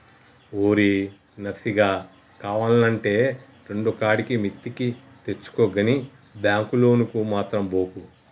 ఓరి నర్సిగా, కావాల్నంటే రెండుకాడికి మిత్తికి తెచ్చుకో గని బాంకు లోనుకు మాత్రం బోకు